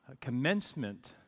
commencement